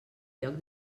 lloc